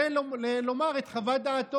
ולומר את חוות דעתו,